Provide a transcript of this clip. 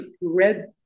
red